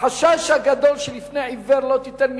החשש הגדול של "לפני עיוור לא תיתן מכשול"